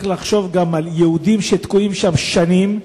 לחשוב גם על יהודים שתקועים שם שנים.